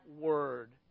word